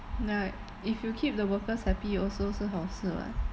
right if you keep the workers happy also 是好事 [what]